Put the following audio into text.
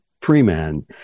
Freeman